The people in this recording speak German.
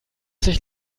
sich